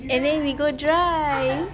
and then we go drive